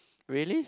really